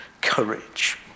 courage